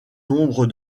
nombre